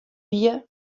wie